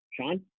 Sean